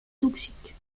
toxiques